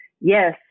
yes